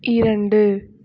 இரண்டு